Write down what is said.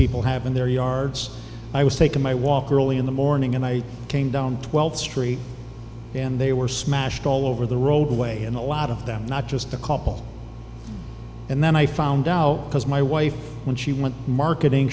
people have in their yards i was taking my walker early in the morning and i came down twelfth street and they were smashed all over the roadway and a lot of them not just a couple and then i found out because my wife when she was marketing